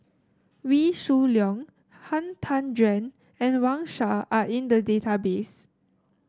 Wee Shoo Leong Han Tan Juan and Wang Sha are in the database